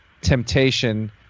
temptation